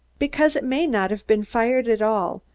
because it may not have been fired at all.